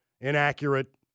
inaccurate